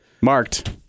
Marked